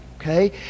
okay